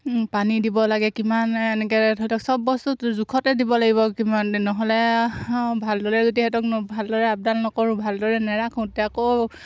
পানী দিব লাগে কিমান এনেকৈ ধৰি লওক চব বস্তু জোখতে দিব লাগিব কিমান নহ'লে আৰু ভালদৰে যদি সিহঁতক ভালদৰে আপডাল নকৰোঁ ভালদৰে নেৰাখোঁ তেতিয়া আকৌ